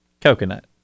Coconut